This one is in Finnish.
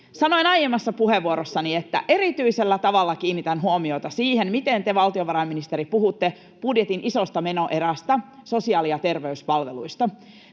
Sanoin aiemmassa puheenvuorossani, että erityisellä tavalla kiinnitän huomiota siihen, miten te, valtiovarainministeri, puhutte budjetin isosta menoerästä, sosiaali- ja terveyspalveluista.